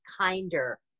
kinder